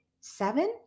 seven